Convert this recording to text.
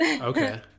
Okay